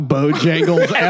Bojangles